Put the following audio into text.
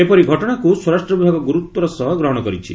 ଏପରି ଘଟଣାକୁ ସ୍ୱରାଷ୍ଟ୍ର ବିଭାଗ ଗୁରୁତ୍ୱର ସହ ଗ୍ରହଣ କରିଛି